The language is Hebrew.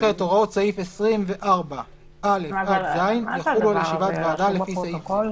(ח)הוראות סעיף 24(א) עד (ז) יחולו על ישיבת ועדה לפי סעיף זה.